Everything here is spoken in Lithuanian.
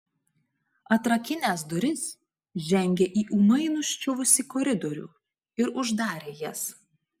atrakinęs duris žengė į ūmai nuščiuvusį koridorių ir uždarė jas